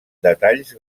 detalls